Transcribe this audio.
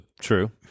true